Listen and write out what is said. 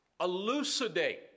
elucidate